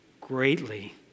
greatly